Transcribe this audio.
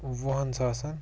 وُہَن ساسَن